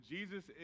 Jesus